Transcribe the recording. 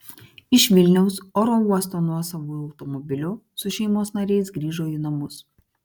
iš vilniaus oro uosto nuosavu automobiliu su šeimos nariais grįžo į namus